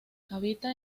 habita